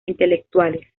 intelectuales